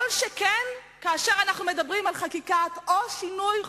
כל שכן כאשר אנחנו מדברים על חקיקה או על שינוי חוק-יסוד.